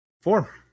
Four